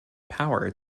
power